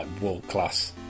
world-class